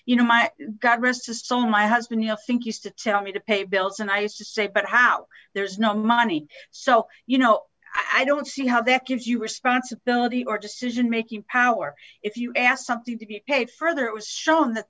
you know my god rest to so my husband he'll think used to tell me to pay bills and i used to say but how there's no money so you know i don't see how that gives you responsibility or decision making power if you ask something to be paid further it was shown that